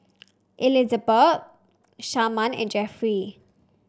Elizabet Sharman and Jeffrey